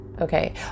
Okay